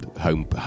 home